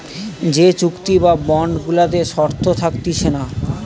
যে চুক্তি বা বন্ড গুলাতে শর্ত থাকতিছে না